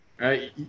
right